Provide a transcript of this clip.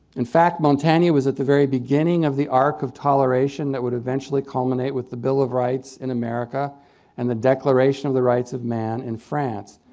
in fact, montagne was at the very beginning of the arc of toleration that would eventually culminate with the bill of rights in america and the declaration of the rights of man in france.